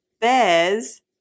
Bears